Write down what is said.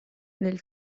nel